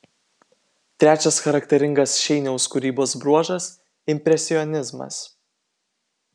trečias charakteringas šeiniaus kūrybos bruožas impresionizmas